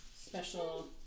special